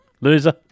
loser